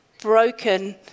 broken